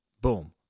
Boom